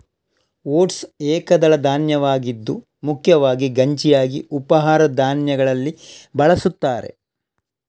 oats ಏಕದಳ ಧಾನ್ಯವಾಗಿದ್ದು ಮುಖ್ಯವಾಗಿ ಗಂಜಿಯಾಗಿ ಉಪಹಾರ ಧಾನ್ಯಗಳಲ್ಲಿ ಬಳಸುತ್ತಾರೆ